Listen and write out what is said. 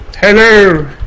Hello